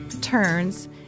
turns